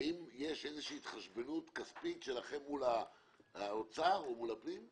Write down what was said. האם יש איזושהי התחשבנות כספית שלכם מול האוצר או מול הפנים?